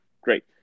Great